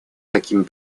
таким